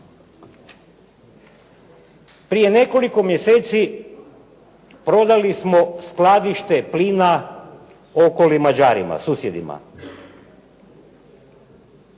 Prije nekoliko mjeseci prodali smo skladište plina Okoli Mađarima, susjedima.